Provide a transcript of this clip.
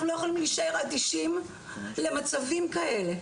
אנחנו לא יכולים להישאר אדישים למצבים כאלה.